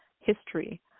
history